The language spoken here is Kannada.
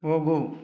ಹೋಗು